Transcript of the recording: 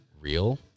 real